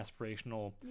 aspirational